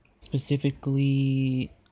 specifically